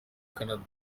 canada